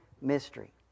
mystery